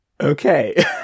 Okay